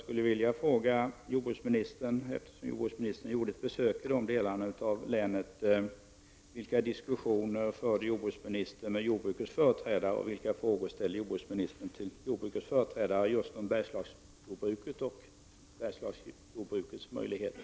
Eftersom jordbruksministern nu har gjort ett besök i de delarna av länet, vill jag fråga jordbruksministern vilka diskussioner han förde med jordbrukets företrädare. Vilka frågor ställde jordbruksministern till jordbrukets företrädare om just Bergslagsjordbruket och dess möjligheter?